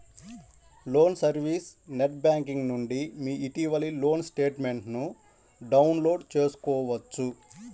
loan service net banking నుండి మీ ఇటీవలి లోన్ స్టేట్మెంట్ను డౌన్లోడ్ చేసుకోవచ్చు